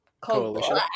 Coalition